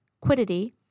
Quiddity